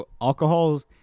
Alcohol's